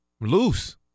loose